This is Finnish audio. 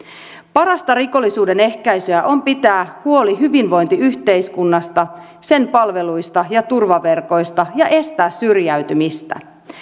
parasta rikollisuuden ehkäisyä on pitää huoli hyvinvointiyhteiskunnasta sen palveluista ja turvaverkoista ja estää syrjäytymistä